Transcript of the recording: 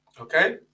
okay